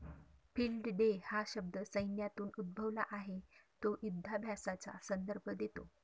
field day हा शब्द सैन्यातून उद्भवला आहे तो युधाभ्यासाचा संदर्भ देतो